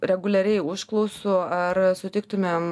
reguliariai užklausų ar sutiktumėm